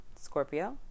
Scorpio